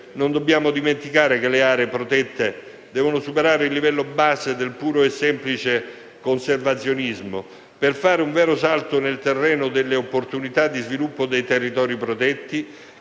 non dobbiamo dimenticare che le aree protette devono superare il livello base del puro e semplice conservazionismo, per fare un vero salto nel terreno delle opportunità di sviluppo dei territori protetti,